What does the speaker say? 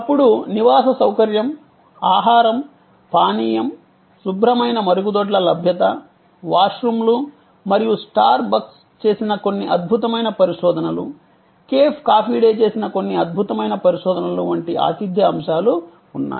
అప్పుడు నివాస సౌకర్యం ఆహారం పానీయం శుభ్రమైన మరుగుదొడ్ల లభ్యత వాష్రూమ్లు మరియు స్టార్బక్స్ చేసిన కొన్ని అద్భుతమైన పరిశోధనలు కేఫ్ కాఫీ డే చేసిన కొన్ని అద్భుతమైన పరిశోధనలు వంటి ఆతిథ్య అంశాలు ఉన్నాయి